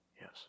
Yes